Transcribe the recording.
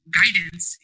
guidance